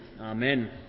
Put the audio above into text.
Amen